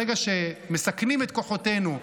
ברגע שמסכנים את כוחותינו,